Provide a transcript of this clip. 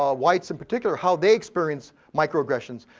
um whites in particular, how they experience microaggressions.